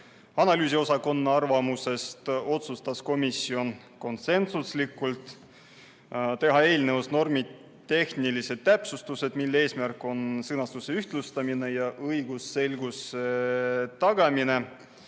analüüsiosakonna arvamusest, otsustas komisjon konsensuslikult teha eelnõus normitehnilised täpsustused, mille eesmärk on sõnastuse ühtlustamine ja õigusselguse tagamine.